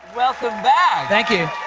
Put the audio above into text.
welcome back. thank you.